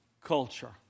culture